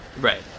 Right